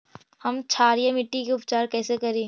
हम क्षारीय मिट्टी के उपचार कैसे करी?